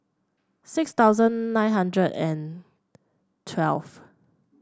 six thousand nine hundred and twelfth